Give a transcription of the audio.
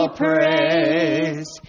praise